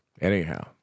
Anyhow